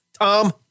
Tom